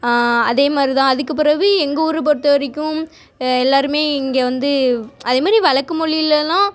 அதேமாதிரி தான் அதுக்குப்பிறவு எங்கள் ஊர் பொறுத்த வரைக்கும் எல்லாருமே இங்கே வந்து அதேமாதிரி வழக்கு மொழியிலலாம்